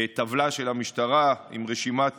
טבלה של המשטרה עם רשימת